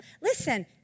listen